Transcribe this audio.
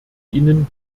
ihnen